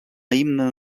himne